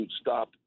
stop